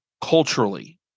culturally